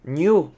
new